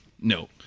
No